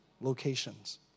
locations